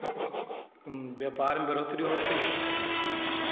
व्यापार में बढ़ोतरी होती है